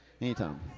Anytime